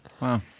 Wow